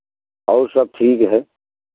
और सब ठीक है